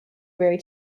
very